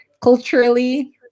culturally